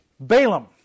Balaam